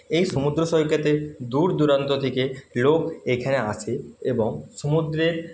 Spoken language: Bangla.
এই সমুদ্র সৈকতে দূর দূরান্ত থেকে লোক এইখানে আসে এবং সমুদ্রের